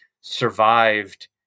survived